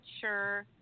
sure